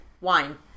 wine